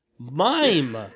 mime